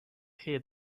hear